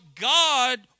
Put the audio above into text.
God